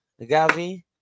Gavi